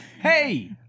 Hey